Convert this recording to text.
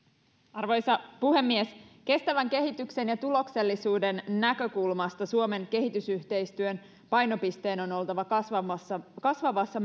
arvoisa puhemies kestävän kehityksen ja tuloksellisuuden näkökulmasta suomen kehitysyhteistyön painopisteen on oltava kasvavassa kasvavassa